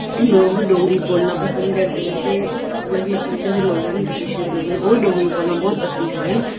लोग डोगरी बोलना पसंद करदे न ते अलग अलग कल्चर दे लोक न ट्रडीशन दे लोग न ओह् डोगरी बोलना बहुत पसंद करदे न